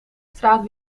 straat